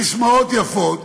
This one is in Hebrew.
ססמאות יפות,